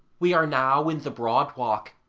we are now in the broad walk,